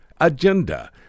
agenda